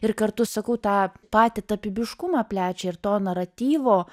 ir kartu sakau tą patį tapybiškumą plečia ir to naratyvo